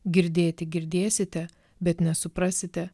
girdėti girdėsite bet nesuprasite